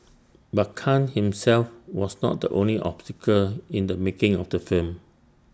but Khan himself was not the only obstacle in the making of the film